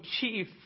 chief